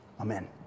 Amen